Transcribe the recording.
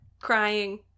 crying